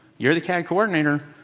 you're the cad coordinator,